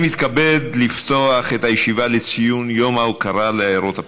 אני מתכבד לפתוח את הישיבה לציון יום ההוקרה לעיירות הפיתוח.